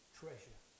treasure